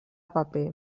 paper